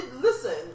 Listen